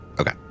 Okay